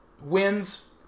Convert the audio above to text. wins